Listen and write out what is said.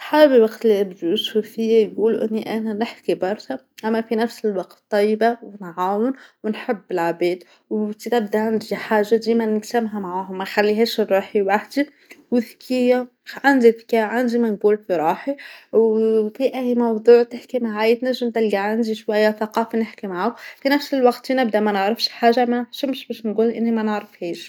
حابب أختلق بيوصفوا فيي بيقولوا إني انا بحكي برشا، أنا في نفس الوقت طيبة ونعاون ونحب العباد، شي حاجة ديما متسامحه معاهم ما نخليهاش نروح وحدى، وذكية عندى ذكاء عندى ما نقول في روحي، وفي أي موضوع تحكي معايا تنجم تلقاه عندي شوية ثقافة نحكى معاهم، في نفس الوقت نبدا ما نعرفش حاجة ما نحشمش باش نقول إني ما نعرفهاش.